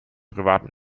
privaten